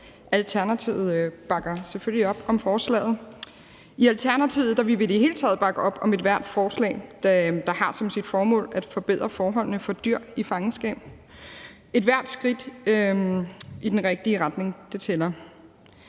Alternativet bakker selvfølgelig op om forslaget. I Alternativet vil vi i det hele taget bakke op om ethvert forslag, der har som sit formål at forbedre forholdene for dyr i fangenskab. Ethvert skridt i den rigtige retning tæller.